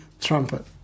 trumpet